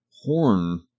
horn